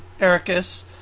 ericus